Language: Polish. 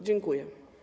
Dziękuję.